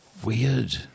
Weird